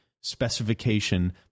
specification